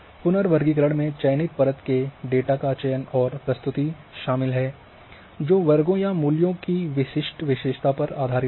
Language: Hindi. पुनर्वर्गीकरण में चयनित परत के डेटा का चयन और प्रस्तुति शामिल है जो वर्गों या मूल्यों की विशिष्ट विशेषता पर आधारित है